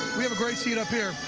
we have a great seat up here,